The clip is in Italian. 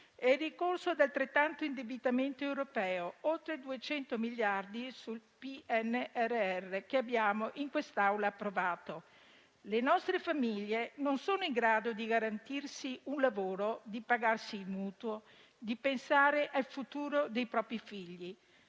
il ricorso ad altrettanto indebitamento europeo, oltre 200 miliardi sul PNRR che abbiamo in quest'Aula approvato. Le nostre famiglie non sono in grado di garantirsi un lavoro, di pagarsi il mutuo, di pensare al futuro dei propri figli.